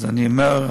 אז אני אומר,